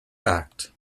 act